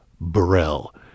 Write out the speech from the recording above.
Burrell